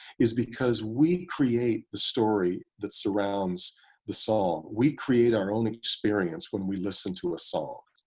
is because we create the story that surrounds the song. we create our own experience when we listen to a song.